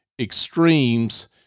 extremes